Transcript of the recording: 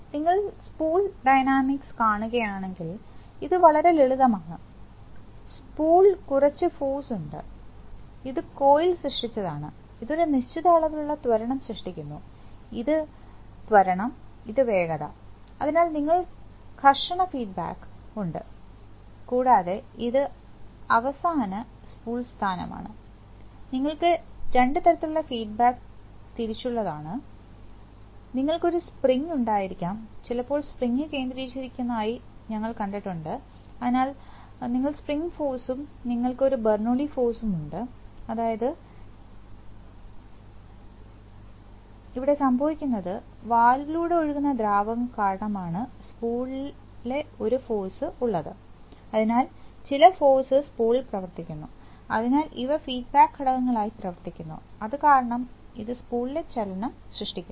നിങ്ങൾ spool dynamics കാണുകയാണെങ്കിൽ ഇത് വളരെ ലളിതമാണ് സ്പൂളിൽ കുറച്ച് ഫോഴ്സ് ഉണ്ട് ഇത് കോയിൽ സൃഷ്ടിച്ചതാണ് ഇത് ഒരു നിശ്ചിത അളവിലുള്ള ത്വരണം സൃഷ്ടിക്കുന്നു ഇത് ത്വരണം ഇത് വേഗത അതിനാൽ നിങ്ങൾക്ക് ഘർഷണ ഫീഡ്ബാക്ക് ഉണ്ട് കൂടാതെ ഇത് അവസാന സ്പൂൾ സ്ഥാനമാണ് നിങ്ങൾക്ക് രണ്ട് തരത്തിലുള്ള ഫീഡ്ബാക്ക് തിരിച്ചുള്ളതാണ് നിങ്ങൾക്ക് ഒരു സ്പ്രിംഗ് ഉണ്ടായിരിക്കാം ചിലപ്പോൾ സ്പ്രിംഗ്സ് കേന്ദ്രീകരിച്ചിരിക്കുന്നതായി ഞങ്ങൾ കണ്ടിട്ടുണ്ട് അതിനാൽ നിങ്ങൾക്ക് സ്പ്രിംഗ് ഫോഴ്സും നിങ്ങൾക്ക് ഒരു ബെർണൂലി ഫോഴ്സും ഉണ്ട് അതായത് ഇത് സംഭവിക്കുന്നത് വാൽവിലൂടെ ഒഴുകുന്ന ദ്രാവകം കാരണമാണ് സ്പൂളിലെ ഒരു ഫോഴ്സ് ഉള്ളത് അതിനാൽ ചില ഫോഴ്സ് സ്പൂളിൽ പ്രവർത്തിക്കുന്നു അതിനാൽ ഇവ ഫീഡ്ബാക്ക് ഘടകങ്ങളായി പ്രവർത്തിക്കുന്നു അത് കാരണം ഇത് സ്പൂളിൽ ചലനം സൃഷ്ടിക്കുന്നു